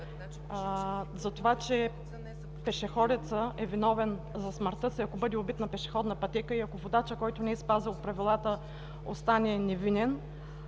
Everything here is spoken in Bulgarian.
поднесоха, че пешеходецът е виновен за смъртта си, ако бъде убит на пешеходна пътека, и ако водачът, който не е спазил правилата, остане невинен,